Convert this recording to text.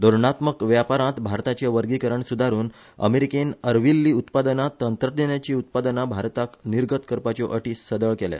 धोरणात्मक व्यापारांत भारताचें वर्गिकरण सुधारुन अमेरिकेन अर्विल्ली उत्पादना तंत्रज्ञानाची उत्पादनां भारताक निर्गत करपाच्यो अटी सदळ केल्या